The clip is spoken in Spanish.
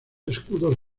escudos